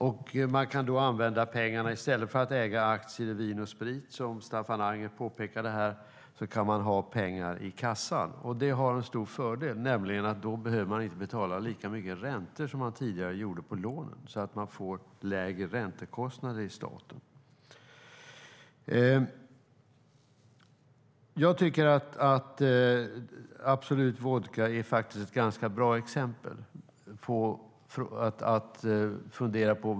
I stället för att, som Staffan Anger påpekade, äga aktier i Vin & Sprit kan man ha pengar i kassan. Det är en stor fördel, för då behöver man nämligen inte betala lika mycket räntor på lånet som tidigare. Staten får alltså lägre räntekostnader. Absolut Vodka är ett ganska bra exempel att fundera över.